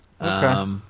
Okay